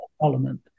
Parliament